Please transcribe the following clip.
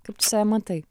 kaip tu save matai